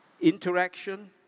Interaction